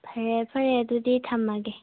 ꯐꯔꯦ ꯐꯔꯦ ꯑꯗꯨꯗꯤ ꯊꯝꯃꯒꯦ